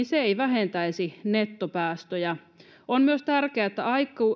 se ei vähentäisi nettopäästöjä on myös tärkeää että